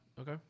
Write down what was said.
Okay